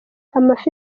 amafi